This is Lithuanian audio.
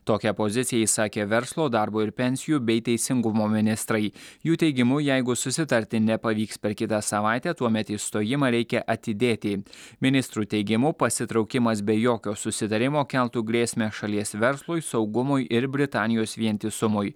tokią poziciją išsakė verslo darbo ir pensijų bei teisingumo ministrai jų teigimu jeigu susitarti nepavyks per kitą savaitę tuomet išstojimą reikia atidėti ministrų teigimu pasitraukimas be jokio susitarimo keltų grėsmę šalies verslui saugumui ir britanijos vientisumui